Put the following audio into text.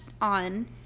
on